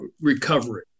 recovery